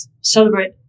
celebrate